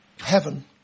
heaven